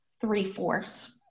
three-fourths